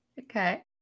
Okay